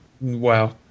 Wow